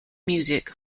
music